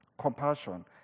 Compassion